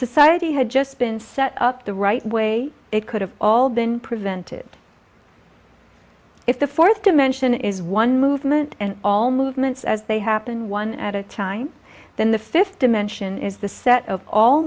society had just been set up the right way it could have all been prevented if the fourth dimension is one movement and all movements as they happen one at a time then the fifth dimension is the set of all